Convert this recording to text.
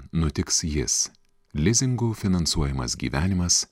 nutiks jis lizingu finansuojamas gyvenimas